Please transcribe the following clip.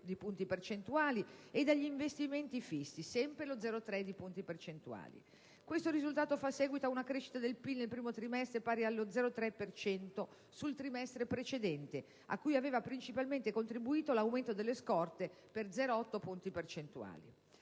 punti percentuali) e dagli investimenti fissi (sempre 0,3 punti percentuali). Questo risultato fa seguito a una crescita del PIL nel primo trimestre pari allo 0,3 per cento sul trimestre precedente, a cui aveva principalmente contribuito l'aumento delle scorte, per 0,8 punti percentuali.